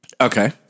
Okay